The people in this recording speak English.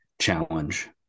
challenge